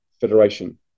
federation